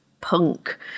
punk